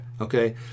Okay